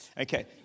Okay